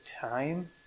time